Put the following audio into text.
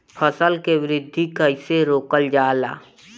फसल के वृद्धि कइसे रोकल जाला?